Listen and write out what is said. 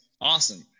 awesome